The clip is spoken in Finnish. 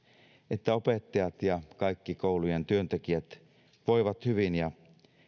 että opettajat ja kaikki koulujen työntekijät voivat hyvin ja